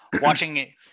Watching